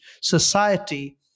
society